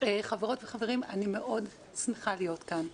חברות וחברים, אני מאוד שמחה להיות כאן,